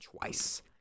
twice